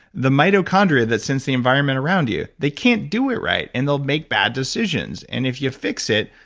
the mitochondria that sense the environment around you, they can't do it right and they'll make bad decisions. and if you fix it,